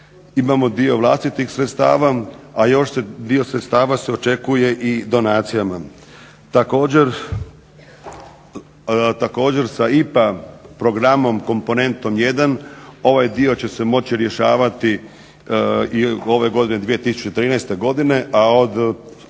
imamo dio vlastitih sredstava, a još se dio sredstava očekuje i donacijama. Također sa IPA programom, komponentom 1 ovaj dio će se moći rješavati i ove 2013. godine, a od